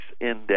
index